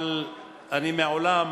אבל מעולם